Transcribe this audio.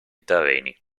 terreni